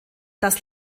das